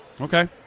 Okay